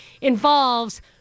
involves